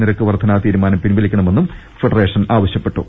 നിരക്ക് വർധന തീരുമാനം പിൻവലിക്കണമെന്നും ഫെഡറേഷൻ ആവശ്യപ്പെട്ടു